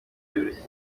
biryoshye